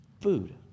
food